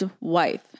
wife